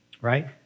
Right